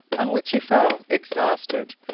on which he fell, exhausted,